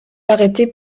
arrêté